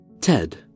Ted